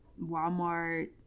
Walmart